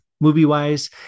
movie-wise